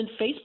Facebook